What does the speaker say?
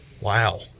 wow